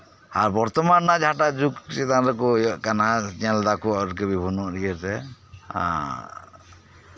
ᱦᱮᱸ ᱟᱨ ᱵᱚᱨᱛᱚᱢᱟᱱ ᱨᱮᱭᱟᱜ ᱡᱟᱦᱟᱸᱴᱟᱜ ᱡᱩᱜᱽ ᱪᱮᱛᱟᱱ ᱨᱮᱠᱚ ᱤᱭᱟᱹᱜ ᱠᱟᱱᱟ ᱧᱮᱞ ᱫᱟᱠᱚ ᱟᱨᱠᱤ ᱵᱤᱵᱷᱤᱱᱱᱚ ᱤᱭᱟᱹᱛᱮ